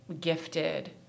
gifted